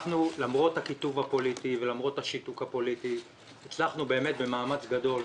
למרות הקיטוב הפוליטי ולמרות השיתוק הפוליטי הצלחנו במאמץ גדול,